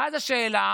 ואז השאלה,